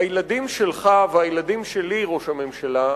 הילדים שלך והילדים שלי, ראש הממשלה,